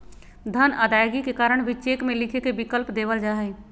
धन अदायगी के कारण भी चेक में लिखे के विकल्प देवल जा हइ